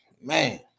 Man